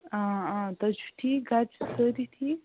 آ آ تُہۍ چھُو ٹھیٖک گَرِ چھا سٲری ٹھیٖک